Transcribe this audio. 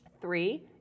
Three